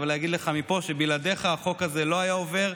אבל אגיד לך מפה שבלעדיך החוק הזה לא היה עובר.